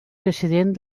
precedent